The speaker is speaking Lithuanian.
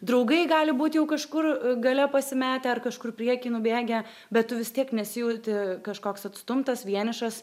draugai gali būti jau kažkur gale pasimetę ar kažkur prieky nubėgę bet tu vis tiek nesijauti kažkoks atstumtas vienišas